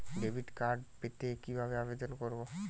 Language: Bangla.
ডেবিট কার্ড পেতে কিভাবে আবেদন করব?